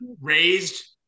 raised